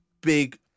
big